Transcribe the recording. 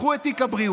קחו את תיק הבריאות,